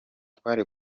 twari